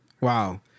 Wow